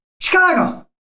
Chicago